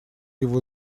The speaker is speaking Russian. его